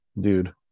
dude